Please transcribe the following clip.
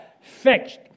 fixed